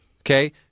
okay